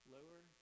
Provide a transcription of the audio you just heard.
Lower